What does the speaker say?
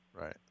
Right